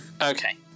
Okay